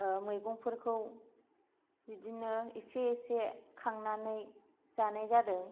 मैगंफोरखौ बिदिनो इसे इसे खांनानै जानाय जादों